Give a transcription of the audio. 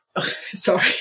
Sorry